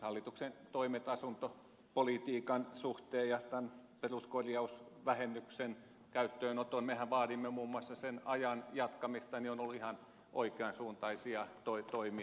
hallituksen toimet asuntopolitiikan ja tämän peruskorjausvähennyksen käyttöönoton suhteen mehän vaadimme muun muassa sen ajan jatkamista ovat olleet ihan oikean suuntaisia toimia